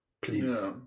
please